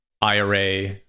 IRA